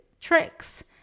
tricks